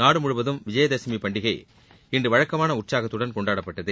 நாடு முழுவதும் விஜயதசமி பண்டிகை இன்று வழக்கமான உற்சாகத்துடன் கொண்டாடப்பட்டது